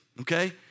okay